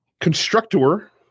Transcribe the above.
Constructor